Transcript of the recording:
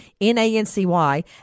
N-A-N-C-Y